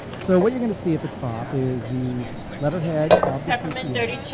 so what you're going to see at the top is the letterhead of the cpa.